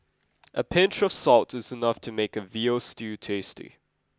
a pinch of salt is enough to make a veal stew tasty